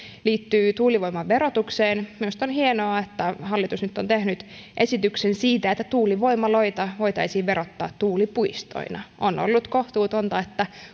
liittyy tuulivoiman verotukseen minusta on hienoa että hallitus on nyt tehnyt esityksen siitä että tuulivoimaloita voitaisiin verottaa tuulipuistoina on ollut kohtuutonta että